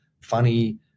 funny